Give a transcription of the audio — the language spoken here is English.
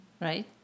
Right